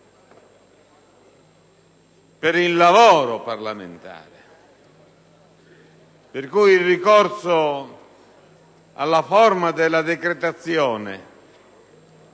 per il lavoro parlamentare, per cui il ricorso alla forma della decretazione